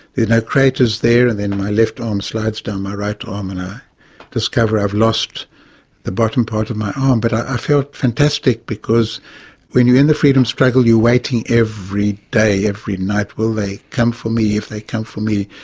no craters there, then my left arm slides down my right arm and i discover i've lost the bottom part of my arm. but i felt fantastic because when you're in the freedom struggle you're waiting every day, every night, will they come for me? if they come for me,